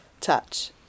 touch